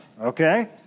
Okay